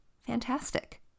fantastic